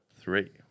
three